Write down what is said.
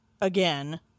again